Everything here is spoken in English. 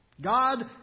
God